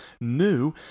new